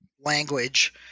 language